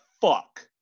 fuck